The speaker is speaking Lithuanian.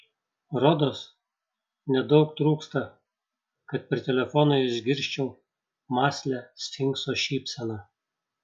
rodos nedaug trūksta kad per telefoną išgirsčiau mąslią sfinkso šypseną